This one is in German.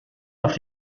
auf